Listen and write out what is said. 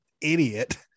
idiot